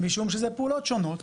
משום שזה פעולות שונות,